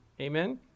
Amen